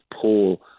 pull